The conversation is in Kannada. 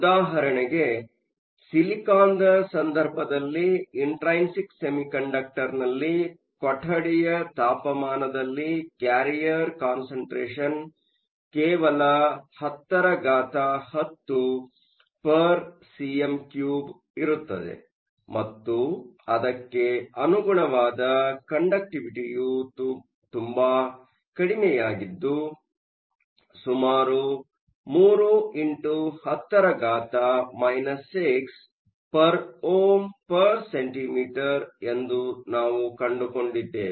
ಉದಾಹರಣೆಗೆ ಸಿಲಿಕಾನ್ದ ಸಂದರ್ಭದಲ್ಲಿ ಇಂಟ್ರೈನ್ಸಿಕ್ ಸೆಮಿಕಂಡಕ್ಟರ್Intrinsic semiconductorನಲ್ಲಿ ಕೊಠಡಿಯ ತಾಪಮಾನದಲ್ಲಿ ಕ್ಯಾರಿಯರ್ ಕಾನ್ಸಂಟ್ರೇಷನ್ ಕೇವಲ 1010 cm 3 ಇರುತ್ತದೆ ಮತ್ತು ಅದಕ್ಕೆ ಅನುಗುಣವಾದ ಕಂಡಕ್ಟಿವಿಟಿಯು ತುಂಬಾ ಕಡಿಮೆಯಾಗಿದ್ದು ಸುಮಾರು 3 x 10 6 Ω 1 cm 1 ಎಂದು ನಾವು ಕಂಡುಕೊಂಡಿದ್ದೇವೆ